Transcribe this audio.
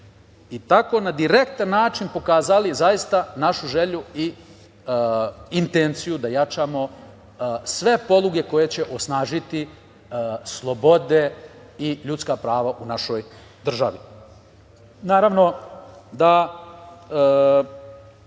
i tako na direktan način pokazali zaista našu želju i intenciju da jačamo sve poluge koje će osnažiti slobode i ljudska prava u našoj državi.